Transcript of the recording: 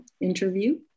interview